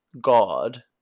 God